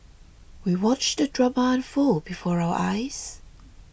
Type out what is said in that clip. we watched the drama unfold before our eyes